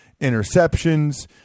interceptions